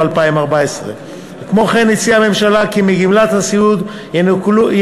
2014. כמו כן הציעה הממשלה כי מגמלת הסיעוד ינוכו